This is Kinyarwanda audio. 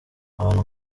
abantu